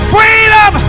Freedom